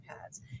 pads